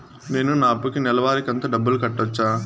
నేను నా అప్పుకి నెలవారి కంతు డబ్బులు కట్టొచ్చా?